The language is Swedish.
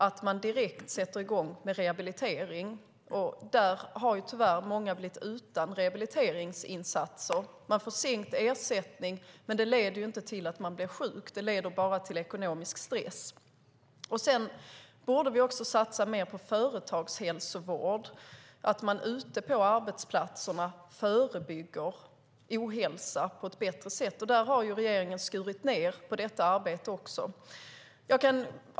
Då ska man sätta i gång med rehabilitering direkt. Många har tyvärr blivit utan rehabiliteringsinsatser. De får sänkt ersättning. Det leder dock inte till att personen blir frisk; det leder bara till ekonomisk stress. Vi borde också satsa mer på företagshälsovård och på att på ett bättre sätt förebygga ohälsa ute på arbetsplatserna. Regeringen har skurit ned även på det arbetet.